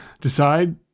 decide